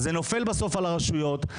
אז זה נופל בסוף על הרשויות.